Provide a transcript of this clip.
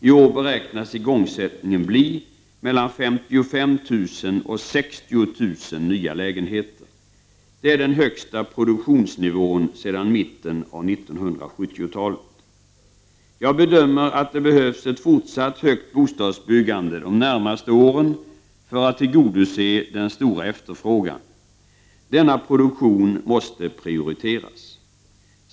I år beräknas igångsättning ske av mellan 55 000 och 60 000 nya lägenheter. Det är den högsta produktionsnivån sedan mitten av 1970-talet. Jag bedömer att det behövs ett fortsatt högt bostadsbyggande de närmaste åren för att tillgodose den stora efterfrågan. Denna produktion måste prioriteras.